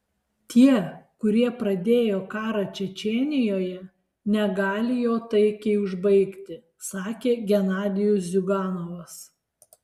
tie kurie pradėjo karą čečėnijoje negali jo taikiai užbaigti sakė genadijus ziuganovas